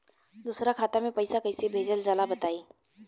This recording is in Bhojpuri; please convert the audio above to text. दोसरा खाता में पईसा कइसे भेजल जाला बताई?